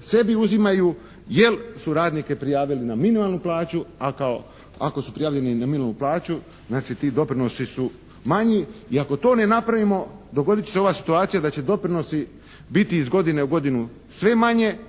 sebi uzimaju jer su radnike prijavili na minimalnu plaću, a ako su prijavljeni na minimalnu plaću znači ti doprinosi su manji. I ako to ne napravimo dogoditi će se ova situacija da će doprinosi biti iz godine u godinu sve manje